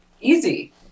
Easy